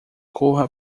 corra